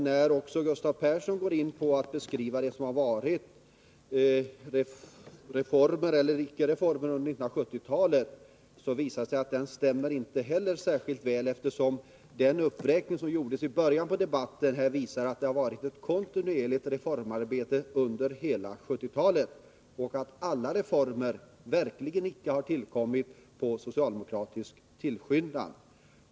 När Gustav Persson beskrev vad som hänt — reformer eller icke reformer under 1970-talet — visar det sig att hans redogörelse inte stämmer särskilt bra, eftersom uppräkningen i början av debatten vittnar om att det har varit ett kontinuerligt reformarbete under hela 1970-talet och att alla reformer verkligen inte har tillkommit på socialdemokratisk tillskyndan.